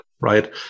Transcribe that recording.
right